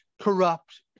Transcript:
corrupt